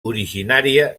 originària